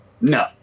No